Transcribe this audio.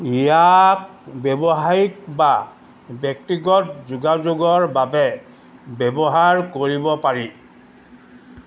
ইয়াক ব্যৱসায়িক বা ব্যক্তিগত যোগাযোগৰ বাবে ব্যৱহাৰ কৰিব পাৰি